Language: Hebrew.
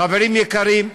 חברים יקרים,